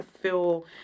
feel